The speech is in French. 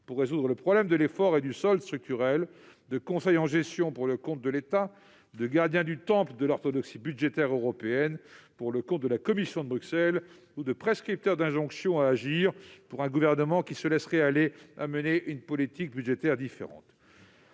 pour résoudre le problème de l'effort et du solde structurels, de conseil en gestion, pour le compte de l'État, de gardien du temple de l'orthodoxie budgétaire européenne, pour le compte de la Commission de Bruxelles, ou de prescripteur d'injonctions à agir, pour un gouvernement qui se laisserait aller à mener une politique budgétaire différente.